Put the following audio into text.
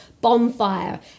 bonfire